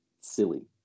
silly